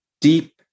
deep